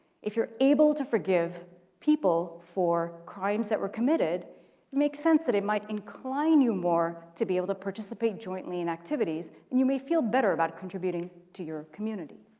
if you're able to forgive people for crimes that were committed, it makes sense that it might incline you more to be able to participate jointly in activities, and you may feel better about contributing to your community,